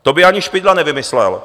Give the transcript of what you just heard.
To by ani Špidla nevymyslel.